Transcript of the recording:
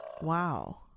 Wow